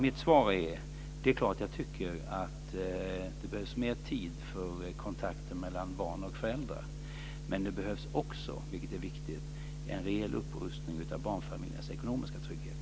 Mitt svar är att det är klart att jag tycker att det behövs mer tid för kontakter mellan barn och föräldrar. Men det behövs också, vilket är viktigt, en rejäl upprustning av barnfamiljernas ekonomiska trygghet.